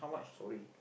sorry